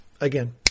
again